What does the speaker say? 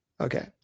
Okay